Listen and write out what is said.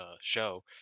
show